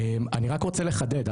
אני רק רוצה לחדד,